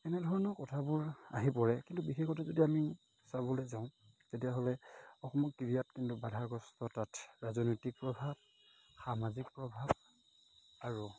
এনেধৰণৰ কথাবোৰ আহি পৰে কিন্তু বিশেষতে যদি আমি চাবলৈ যাওঁ তেতিয়াহ'লে অসমৰ ক্ৰিয়াত কিন্তু বাধাগ্ৰস্ততাত ৰাজনৈতিক প্ৰভাৱ সামাজিক প্ৰভাৱ আৰু